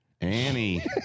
Annie